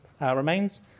remains